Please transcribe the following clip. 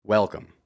Welcome